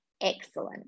excellent